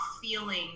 feeling